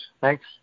Thanks